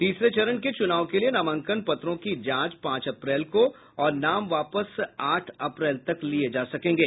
तीसरे चरण के चुनाव के लिए नामांकन पत्रों की जांच पांच अप्रैल को और नाम वापस आठ अप्रैल तक लिये जा सकेंगे